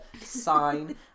sign